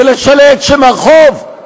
ונשנה את שם הרחוב,